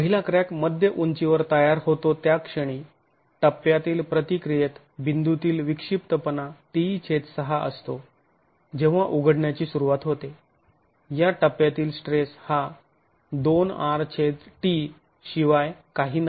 पहिला क्रॅक मध्य उंचीवर तयार होतो त्या क्षणी टप्प्यातील प्रतिक्रियेत बिंदूतील विक्षिप्तपणा t6 असतो जेव्हा उघडण्याची सुरुवात होते या टप्प्यातील स्ट्रेस हा 2Rt शिवाय काही नाही